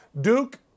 Duke